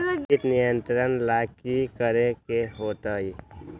किट नियंत्रण ला कि करे के होतइ?